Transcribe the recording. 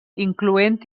incloent